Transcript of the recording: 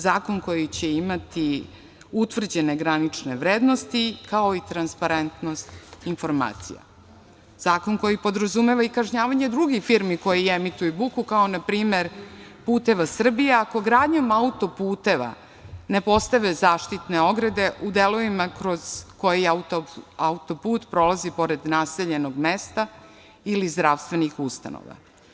Zakon koji će imati utvrđene granične vrednosti, kao i transparentnost informacija, zakon koji podrazumeva i kažnjavanje drugih firmi koje emituju buku, kao npr. „Putevi Srbije“, ako gradnjom autoputeva ne postave zaštitne ograde u delovima kroz koji autoput prolazi pored naseljenog mesta ili zdravstvenih ustanova.